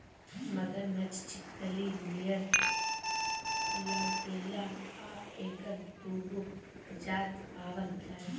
मगरमच्छ छिपकली नियर लउकेला आ एकर दूगो प्रजाति पावल जाला